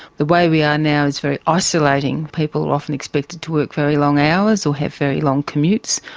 the way we are now is very isolating, people are often expected to work very long hours, or have very long commutes.